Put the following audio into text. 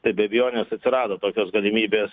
tai be abejonės atsirado tokios galimybės